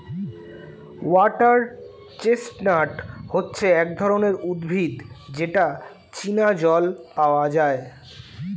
water chestnut হচ্ছে এক ধরনের উদ্ভিদ যেটা চীনা জল পাওয়া যায়